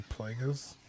Plagueis